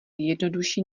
jednodušší